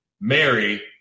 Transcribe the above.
Mary